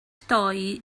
doi